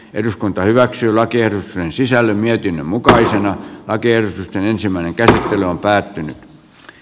eduskunta hyväksy lakien sisällön mietinnön mukaisena hankkeen ensimmäinen käsittely on päättynyt